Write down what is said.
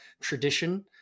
tradition